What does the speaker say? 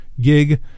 gig